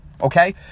okay